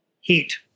heat